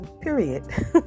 period